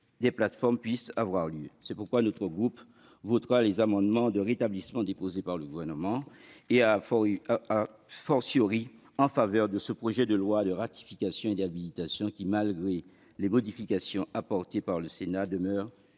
des plateformes puissent avoir lieu. C'est pourquoi notre groupe votera les amendements de rétablissement déposés par le Gouvernement. Il se prononcera en faveur de ce projet de loi de ratification et d'habilitation, qui, malgré les modifications apportées par le Sénat, demeure